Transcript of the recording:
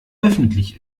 öffentlich